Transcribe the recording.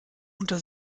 unter